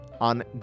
on